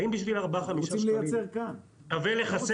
כמו שנאמר כאן על ידי לא מעט